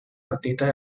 artistas